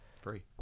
free